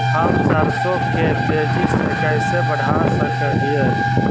हम सरसों के तेजी से कैसे बढ़ा सक हिय?